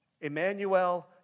Emmanuel